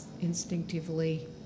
instinctively